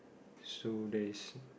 so there is